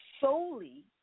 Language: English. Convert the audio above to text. solely